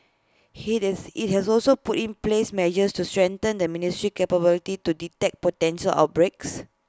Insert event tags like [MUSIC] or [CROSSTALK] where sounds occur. [UNINTELLIGIBLE] IT has also put in place measures to strengthen the ministry's capability to detect potential outbreaks